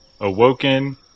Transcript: Awoken